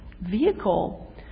vehicle